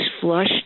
flush